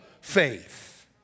faith